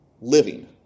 living